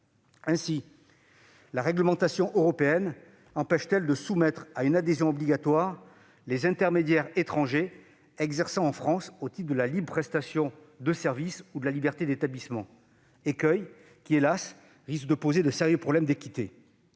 Ainsi la réglementation européenne empêche-t-elle de soumettre à une adhésion obligatoire les intermédiaires étrangers exerçant en France au titre de la libre prestation de services ou de la liberté d'établissement, un écueil qui, hélas, risque de poser de sérieux problèmes d'équité